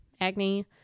acne